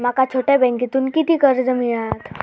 माका छोट्या बँकेतून किती कर्ज मिळात?